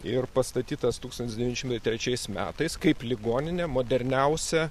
ir pastatytas tūkstantis devyni šimtai trečiais metais kaip ligoninė moderniausia